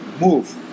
move